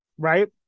Right